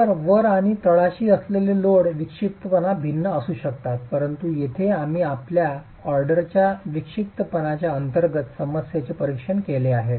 तर वर आणि तळाशी असलेले लोड विक्षिप्तपणा भिन्न असू शकतात परंतु येथे आम्ही पहिल्या ऑर्डरच्या विक्षिप्तपणाच्या अंतर्गत समस्येचे परीक्षण केले आहे